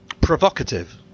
Provocative